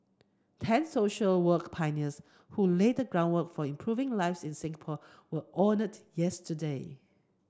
ten social work pioneers who laid the groundwork for improving lives in Singapore were honoured yesterday